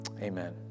Amen